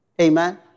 Amen